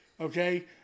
Okay